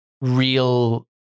real